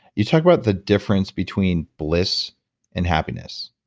you talk about the difference between bliss and happiness.